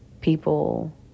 people